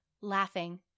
laughing